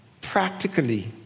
practically